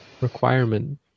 requirement